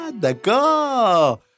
d'accord